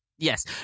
Yes